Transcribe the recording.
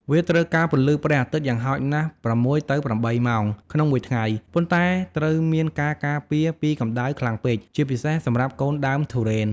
វាត្រូវការពន្លឺព្រះអាទិត្យ យ៉ាងហោចណាស់ ៦ ទៅ៨ ម៉ោងក្នុងមួយថ្ងៃ ប៉ុន្តែត្រូវមានការការពារពីកម្តៅខ្លាំងពេក ជាពិសេសសម្រាប់កូនដើមទុរេន។